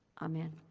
amen.